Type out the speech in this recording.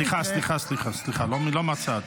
סליחה, סליחה, לא מהצד.